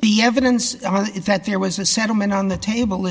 the evidence that there was a settlement on the table